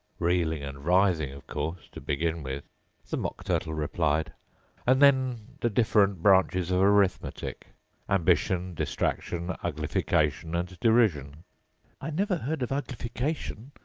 reeling and writhing, of course, to begin with the mock turtle replied and then the different branches of arithmetic ambition, distraction, uglification, and derision i never heard of uglification,